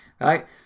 right